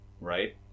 right